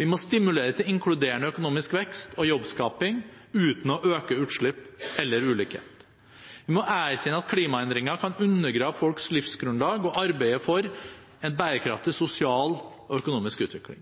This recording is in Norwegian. Vi må stimulere til inkluderende økonomisk vekst og jobbskaping uten å øke utslipp eller ulikhet. Vi må erkjenne at klimaendringer kan undergrave folks livsgrunnlag, og arbeide for en bærekraftig sosial og økonomisk utvikling.